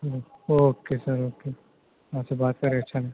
او okay sir okay آپ سے بات کرے اچھا لگا